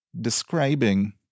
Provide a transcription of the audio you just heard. describing